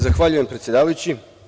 Zahvaljujem predsedavajući.